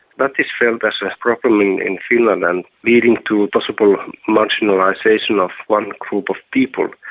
that is felt as a problem in in finland and leading to possible marginalisation of one group of people.